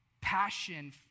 passion